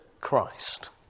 Christ